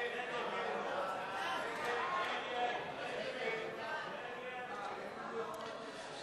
ההצעה להסיר מסדר-היום את הצעת חוק הביטוח הלאומי (תיקון,